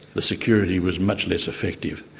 the security was much less effective.